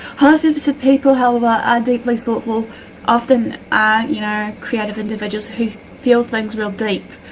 ah sensitive so people however, are deeply thoughtful often are you know creative individuals who feel things real deep.